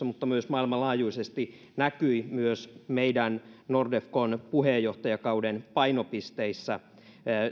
mutta myös maailmanlaajuisesti näkyi myös meidän nordefcon puheenjohtajakauden painopisteissä